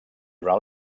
durant